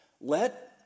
Let